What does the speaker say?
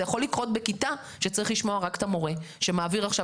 זה יכול לקרות בכיתה שצריך לשמוע רק את המורה שמעביר עכשיו